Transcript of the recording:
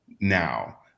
now